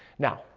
now,